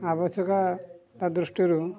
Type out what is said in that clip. ଆବଶ୍ୟକତା ଦୃଷ୍ଟିରୁ